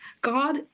God